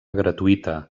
gratuïta